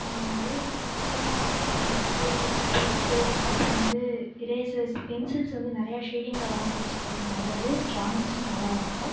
வரையிரதுக்கு வந்து scale pencils அப்புறோம் வந்து எரேசர்ஸ் பென்சில்ஸ் வந்து நிறையா ஷேடிங்கில் வாங்கி வச்சிக்கறது நல்லது டிராயிங்ஸும் நல்லாயிருக்கும்